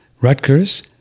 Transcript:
Rutgers